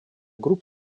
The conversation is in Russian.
групп